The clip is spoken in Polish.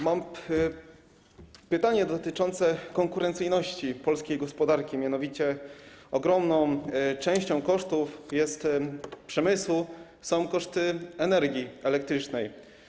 Mam pytanie dotyczące konkurencyjności polskiej gospodarki, mianowicie ogromną częścią kosztów przemysłu są koszty energii elektrycznej.